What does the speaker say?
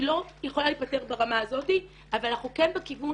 היא לא יכולה להיפתר ברמה הזאת אבל אנחנו כן בכיוון